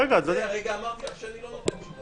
הרגע אמרתי לך שאני לא נותן תשובה.